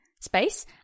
space